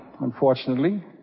unfortunately